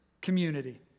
community